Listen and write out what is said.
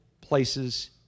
places